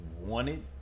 wanted